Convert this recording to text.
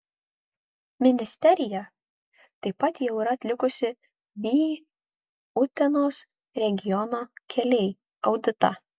ministerija taip pat jau yra atlikusi vį utenos regiono keliai auditą